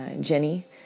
Jenny